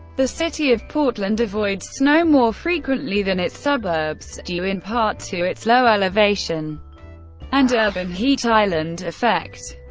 the city of portland avoids snow more frequently than its suburbs, due in part to its low elevation and urban heat island effect.